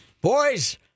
boys